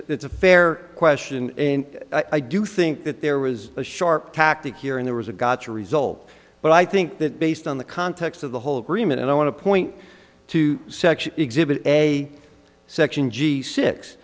think it's a fair question and i do think that there was a sharp tactic here and there was a gotcha result but i think that based on the context of the whole agreement and i want to point to section exhibit a section g six